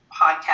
podcast